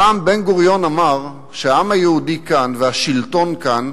פעם בן-גוריון אמר שהעם היהודי כאן והשלטון כאן,